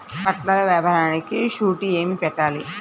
బట్టల వ్యాపారానికి షూరిటీ ఏమి పెట్టాలి?